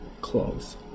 clothes